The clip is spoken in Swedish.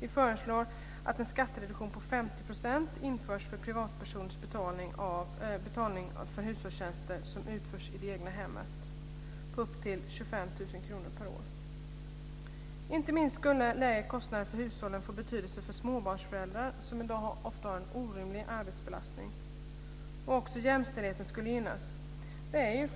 Vi föreslår att en skattereduktion på 50 % införs när det gäller privatpersoners betalning för hushållstjänster som utförs i det egna hemmet, upp till Inte minst skulle lägre kostnader för hushållstjänster få betydelse för småbarnsföräldrar som i dag ofta har en orimlig arbetsbelastning. Också jämställdheten skulle gynnas.